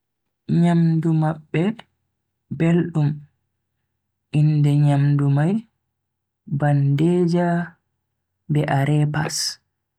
Nyamdu mabbe beldum, inde nyamdu mai bandeja be arepas.